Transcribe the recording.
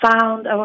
found